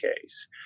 case